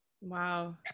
Wow